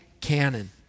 canon